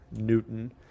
newton